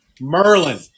Merlin